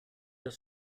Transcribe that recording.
das